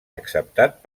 acceptat